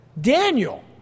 Daniel